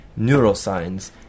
neuroscience